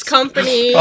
Company